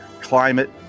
climate